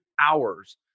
hours